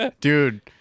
Dude